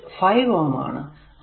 അത് 5Ω ആണ്